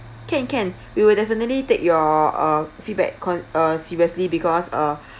can can we will definitely take your uh feedback con~ uh seriously because uh